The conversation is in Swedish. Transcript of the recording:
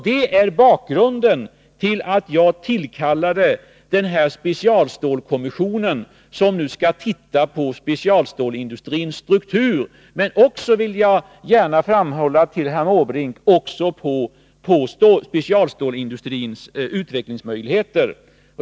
Detta är bakgrunden till att jag tillkallade specialstålskommissionen som skall undersöka specialstålsindustrins struktur men också — det vill jag gärna framhålla för herr Måbrink — specialstålsindustrins utvecklingsmöjligheter.